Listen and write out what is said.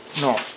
no